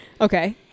Okay